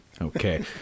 Okay